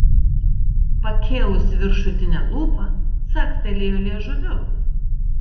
pakėlusi viršutinę lūpą caktelėjo liežuviu